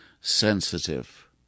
sensitive